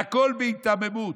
והכול בהיתממות,